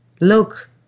Look